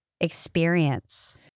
experience